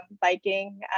biking